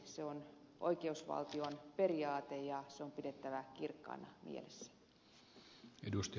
se on oikeusvaltion periaate ja se on pidettävä kirkkaana mielessä